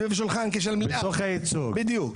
בדיוק.